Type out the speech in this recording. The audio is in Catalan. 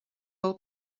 fou